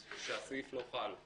הסעיף לא חל.